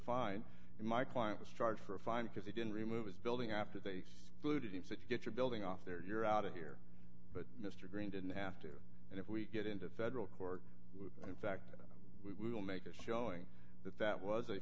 fine and my client was charged for a fine because he didn't remove his building after taste food if that you get your building off there you're out of here but mr green didn't have to and if we get into federal court and in fact we will make a showing that that was a